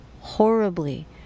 horribly